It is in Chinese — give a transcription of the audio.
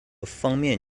方面